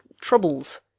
troubles